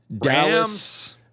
Dallas